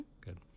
good